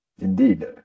Indeed